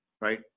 right